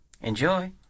enjoy